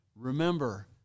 Remember